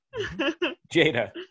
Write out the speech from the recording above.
Jada